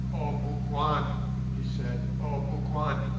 oh, bougwan he said. oh, bougwan!